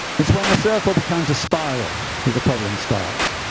it's when the circle becomes a spiral that the problem starts.